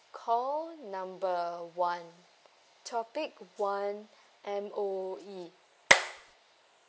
call number one topic one M_O_E